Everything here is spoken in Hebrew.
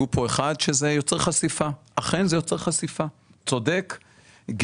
אחד הדברים שהועלו פה הוא שזה יוצר חשיפה; גינדי צודק בכך.